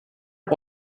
are